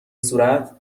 صورت